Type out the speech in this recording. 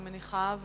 אני מניחה,